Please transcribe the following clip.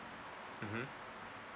mmhmm